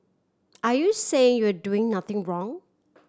are you saying you're doing nothing wrong